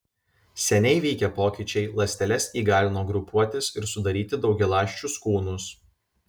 seniai vykę pokyčiai ląsteles įgalino grupuotis ir sudaryti daugialąsčius kūnus